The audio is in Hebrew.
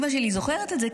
אימא שלי זוכרת את זה,